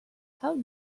how